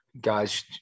guys